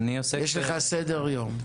יש לך סדר יום.